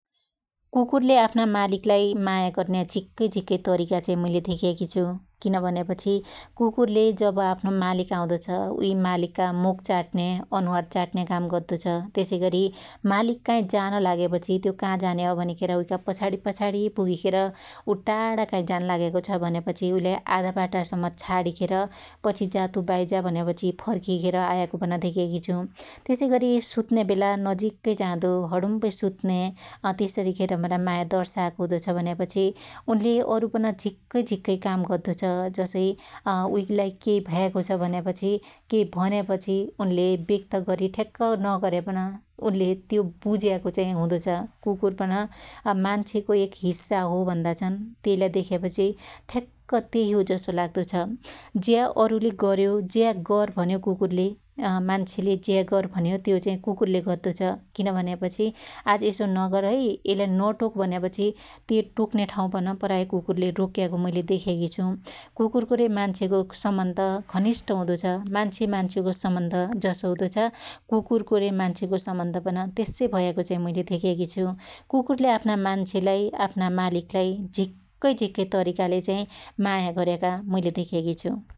कुकुरले आफ्ना मालीकलाई माया गर्नया झीक्कै झीक्कै तरीका चाहि मुईले धेक्याकी छु । कीन भन्यापछि कुकुरले जब आफ्नो मालीक आउदो छ उई मालीकका मुख चाट्न्या अनुहार चाट्न्या काम गद्दो छ । त्यसैगरी मालीक काहि जान लाग्यापछि त्यो काजान्या हो भनीखेर तउईका पछाडी पछाडी पुगीखेर उ काई टाडा जान्लाग्याको छ भन्यापछी उईलाई आधाबाटा सम्म छाडीखेर पछि जा तु बाईजा भन्यापछि फर्किखेर आयाको पन धेक्याको छु । त्यसैगरि सुत्न्याबेला नजीकै जादो हरुम्बै सुत्न्या अ त्यसरि पन माया दर्सायाको हुदो छ भन्यापछि उनले अरुपन झक्कै झीक्कै काम गद्दो छ। जसै उलाई केहि भयाको छभन्यापछी के भन्यापछि उनले ब्क्त्त गरी ठ्याक्क नगर्यापन उनले त्यो बुज्याको चाहि हुदो छ । कुकुरपन मान्छेको एक हिस्सा हो भन्दा छन्, त्यईलाई देख्यापछि ठ्क्क त्यई हो जसो लाग्दो छ । ज्या अरुले गर्या ज्या गर्र भन्यो कुकुरले अ मान्छेले ज्या गर्र भन्यो त्यो चाही कुकुरले गद्दो छ । कीन भन्यापछि आज यसो नगर है यईलाई नटोक भन्यापछि त्यो टोक्न्या ठाँउ पन पराय कुकुरले रोक्याको मैले देख्याकी छु । कुकुरको रे मान्छेको सम्बन्ध घनिष्ठ हुदो छ । मान्छे मान्छेको सम्बन्ध जसो हुदो छ कुकुरको रे मान्छेको सम्बन्ध पन त्यसै भयाको चाहि मैले धेक्याकि छु ।